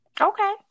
Okay